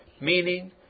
Meaning